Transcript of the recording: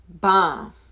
Bomb